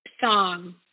song